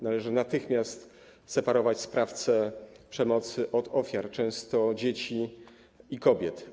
Należy natychmiast separować sprawcę przemocy od ofiar, często dzieci i kobiet.